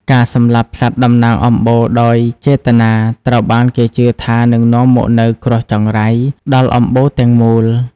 ការសម្លាប់សត្វតំណាងអំបូរដោយចេតនា ត្រូវបានគេជឿថានឹងនាំមកនូវ "គ្រោះចង្រៃ" ដល់អំបូរទាំងមូល។